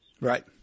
Right